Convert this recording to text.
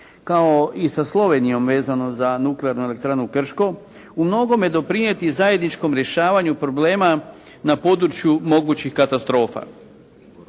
kao i sa Slovenijom vezano za nuklearnu elektranu Kršku umnogome doprinijeti zajedničkom rješavanju problema na području mogućih katastrofa.